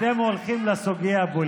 אתם הולכים לסוגיה הפוליטית.